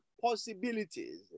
possibilities